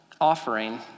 offering